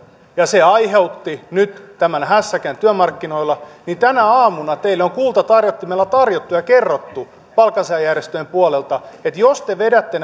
ja se aiheutti nyt tämän hässäkän työmarkkinoilla niin tänä aamuna teille on kultatarjottimella tarjottu ja kerrottu palkansaajajärjestöjen puolelta että jos te vedätte